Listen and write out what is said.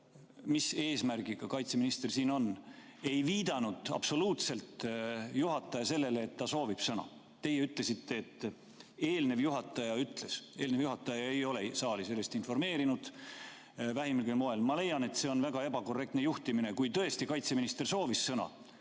mis eesmärgiga kaitseminister siin on, ei viidanud absoluutselt juhataja sellele, et [minister] soovib sõna. Teie ütlesite, et eelnev juhataja nii ütles. Eelnev juhataja ei ole saali sellest vähimalgi moel informeerinud. Ma leian, et see on väga ebakorrektne juhtimine. Kui tõesti kaitseminister soovis sõna,